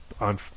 on